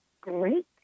great